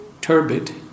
turbid